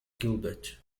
gilbert